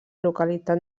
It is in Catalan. localitat